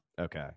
okay